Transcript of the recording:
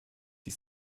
die